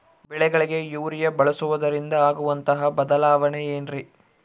ಬೆಳೆಗಳಿಗೆ ಯೂರಿಯಾ ಬಳಸುವುದರಿಂದ ಆಗುವಂತಹ ಬದಲಾವಣೆ ಏನ್ರಿ?